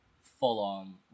full-on